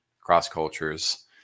cross-cultures